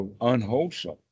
unwholesome